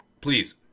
Please